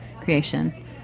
creation